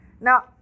Now